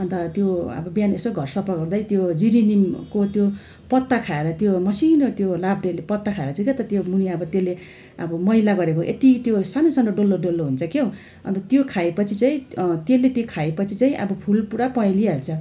अन्त त्यो अब बिहान यसो घर सफा गर्दै त्यो जिरेनियमको त्यो पत्ता खाएर त्यो मसिनो त्यो लाब्रेले पत्ता खाएर चाहिँ के त्यो मुनि अब त्यसले अब मैला गरेको यति त्यो सानो सानो डल्लो डल्लो हुन्छ क्या हो अन्त त्यो खाए पछि चाहिँ त्यो त्यसले त्यो खाए पछि चाहिँ अब फुल पूरा पँहेलिहाल्छ